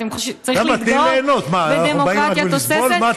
צריך להתגאות בדמוקרטיה תוססת.